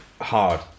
hard